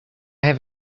have